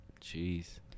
Jeez